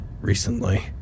recently